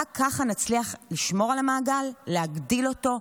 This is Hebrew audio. רק ככה נצליח לשמור על המעגל, להגדיל אותו.